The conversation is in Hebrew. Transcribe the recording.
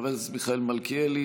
חבר הכנסת מיכאל מלכיאלי,